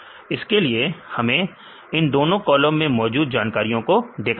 इसके लिए हमें इन दोनों कॉलम में मौजूद जानकारियों को देखना होगा